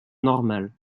normale